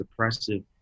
suppressive